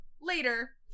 Later